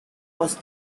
was